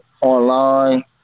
online